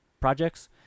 projects